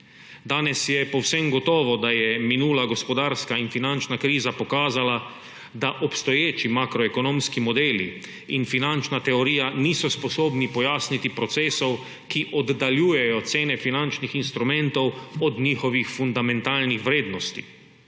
Danes je povsem gotovo, da je minula gospodarska in finančna kriza pokazala, da obstoječi makroekonomski modeli in finančna teorija niso sposobni pojasniti procesov, ki oddaljujejo cene finančnih instrumentov od njihovih fundamentalnih vrednosti.